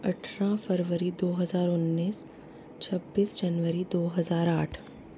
अट्ठारह फरवरी दो हज़ार उन्नीस छब्बिस जनवरी दो हज़ार आठ